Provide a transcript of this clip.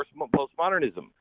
postmodernism